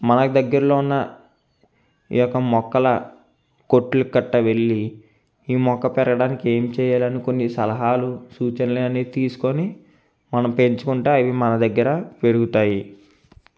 మనకి దగ్గరలో ఉన్న ఈ యొక్క మొక్కల కొట్టులకి గట్టా వెళ్లి ఈ మొక్కల పెరగడానికి ఏం చేయాలనుకొని ని సలహాలు సూచనలు అన్నీ తీసుకొని మనం పెంచుకుంటే అవి మన దగ్గర పెరుగుతాయి